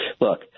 Look